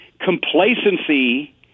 complacency